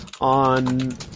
on